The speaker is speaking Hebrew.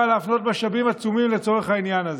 להפנות משאבים עצומים לצורך העניין הזה.